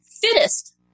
fittest